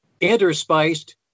interspiced